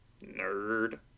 Nerd